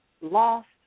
lost